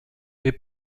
est